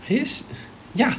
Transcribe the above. he's ya